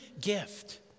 gift